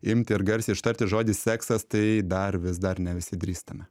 imti ir garsiai ištarti žodį seksas tai dar vis dar ne visi drįstame